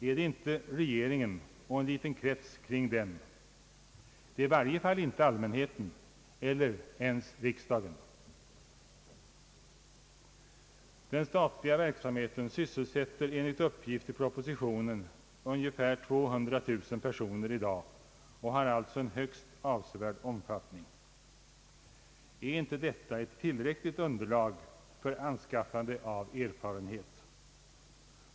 Är det inte regeringen och en liten krets kring den? Det är i varje fall inte allmänheten eller ens riksdagen. Den statliga verksamheten sysselsätter i dag enligt uppgift i propositionen ungefär 200 000 personer och har alliså en högst avsevärd omfattning. Är inte detta tillräckligt underlag för anskaffande av erfarenhet?